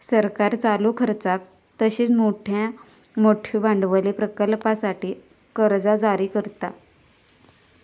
सरकार चालू खर्चाक तसेच मोठयो भांडवली प्रकल्पांसाठी कर्जा जारी करता